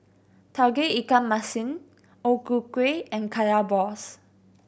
Tauge Ikan Masin O Ku Kueh and Kaya balls